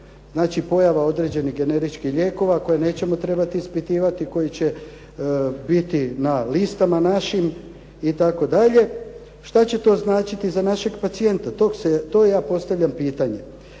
pojava određenih generičkih lijekova koje nećemo trebati ispitivati koji će biti na listama našim itd. što će to značiti za našeg pacijenata? To ja postavljam pitanje.